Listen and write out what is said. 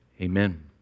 amen